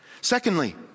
Secondly